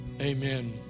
Amen